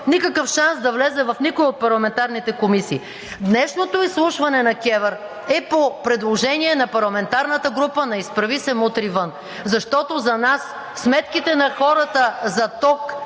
никакъв шанс да влезе в никоя от парламентарните комисии. Днешното изслушване на КЕВР е по предложение на парламентарната група на „Изправи се! Мутри вън!“, защото за нас сметките на хората за ток